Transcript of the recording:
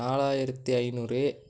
நாலாயிரத்தி ஐநூறு